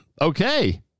Okay